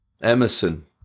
Emerson